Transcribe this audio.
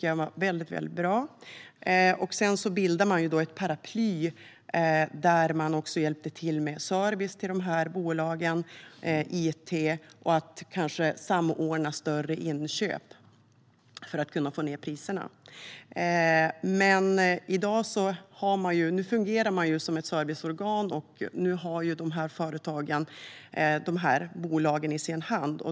Man bildade sedan ett paraply för att hjälpa till med service till bolagen och med it samt med att samordna större inköp för att få ned priserna. I dag fungerar det bolaget som ett serviceorgan, och nu har företagen dessa bolag i sin hand.